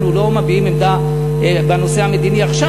אנחנו לא מביעים עמדה בנושא המדיני עכשיו,